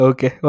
Okay